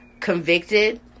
convicted